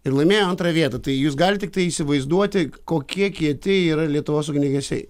ir laimėjo antrą vietą tai jūs galit tiktai įsivaizduoti kokie kieti yra lietuvos ugniagesiai